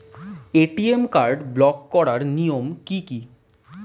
ATM card block করার নিয়ম কি আছে?